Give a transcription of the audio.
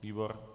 Výbor?